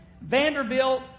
Vanderbilt